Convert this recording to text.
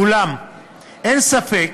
אולם אין ספק